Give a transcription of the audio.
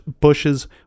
Bushes